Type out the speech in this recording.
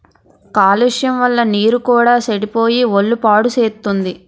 కాలుష్యం వల్ల నీరు కూడా సెడిపోయి ఒళ్ళు పాడుసేత్తుంది